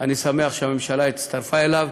ואני שמח שהממשלה הצטרפה אליו,